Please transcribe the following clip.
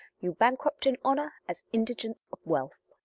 you bankrupt in honour, as indigent of wealth.